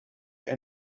and